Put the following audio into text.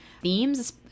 themes